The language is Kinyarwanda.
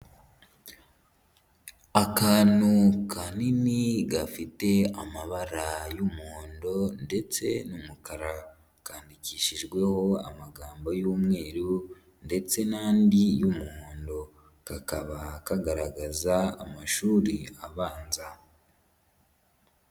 Akantu kanini, gafite amabara y'umuhondo ndetse n'umukara. kandikishijweho amagambo y'umweru ndetse n'andi y'umuhondo. Kakaba kagaragaza amashuri abanza.